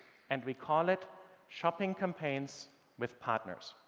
and we call it shopping campaigns with partners.